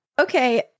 Okay